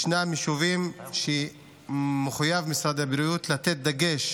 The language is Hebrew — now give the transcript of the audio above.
יש יישובים שמשרד הבריאות מחויב לתת דגש